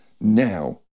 Now